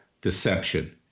Deception